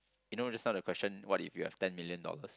you know just now that question what if you have ten million dollars